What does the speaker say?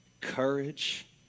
courage